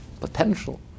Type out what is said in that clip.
potential